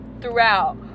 throughout